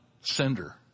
sender